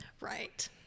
right